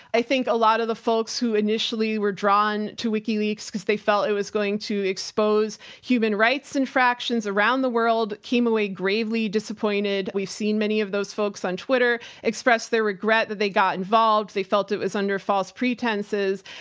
i think a lot of the folks who initially were drawn to wikileaks because they felt it was going to expose human rights infractions around the world came away gravely disappointed. we've seen many of those folks on twitter express their regret that they got involved. they felt it was under false pretenses.